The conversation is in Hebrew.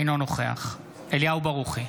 אינו נוכח אליהו ברוכי,